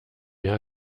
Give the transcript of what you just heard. mehr